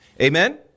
Amen